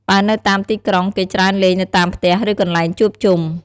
បើនៅតាមទីក្រុង គេច្រើនលេងនៅតាមផ្ទះ ឬកន្លែងជួបជុំ។